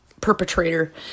perpetrator